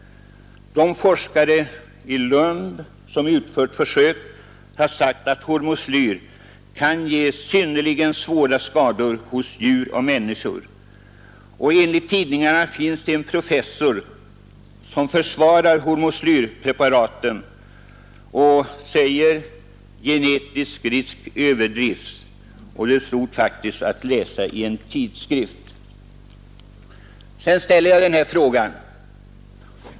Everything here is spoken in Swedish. De forskare i Lund som utfört försök har sagt att hormoslyr kan ge synnerligen svåra skador hos djur och människor. Det stod faktiskt att läsa i en tidskrift att det finns en professor som försvarar hormoslyrpreparaten och säger: Genetisk risk överdrivs.